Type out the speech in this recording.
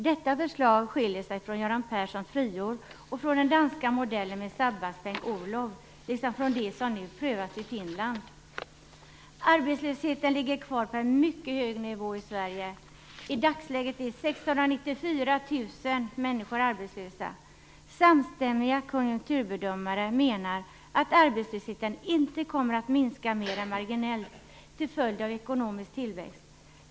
Detta förslag skiljer sig från Göran Perssons friår och från den danska modellen för sabbatspeng - orlov - liksom från det system som nu prövas i Finland. Arbetslösheten ligger kvar på en mycket hög nivå i Sverige. I dagsläget är 694 000 människor arbetslösa. Samstämmiga konjunkturbedömare menar att arbetslösheten inte kommer att minska mer än marginellt till följd av ekonomisk tillväxt.